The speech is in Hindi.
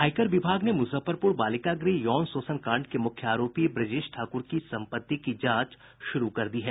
आयकर विभाग ने मुजफ्फरपूर बालिका गृह यौन शोषण कांड के मुख्य आरोपी ब्रजेश ठाकुर की सम्पत्ति की जांच शुरू कर दी है